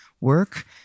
work